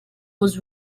was